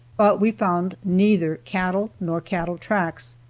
but we found neither cattle nor cattle tracks.